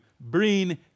bring